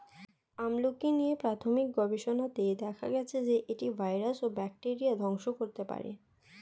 আমলকী নিয়ে প্রাথমিক গবেষণাতে দেখা গেছে যে, এটি ভাইরাস ও ব্যাকটেরিয়া ধ্বংস করতে পারে